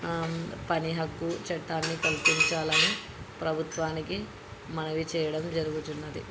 పని హక్కు చట్టాన్ని కల్పించాలని ప్రభుత్వానికి మనవి చేయడం జరుగుతున్నది